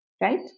right